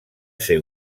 ser